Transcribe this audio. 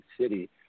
City